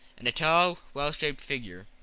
and a tall, well-shaped figure